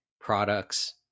products